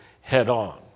head-on